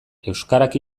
euskarak